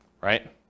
right